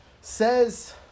Says